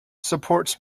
supports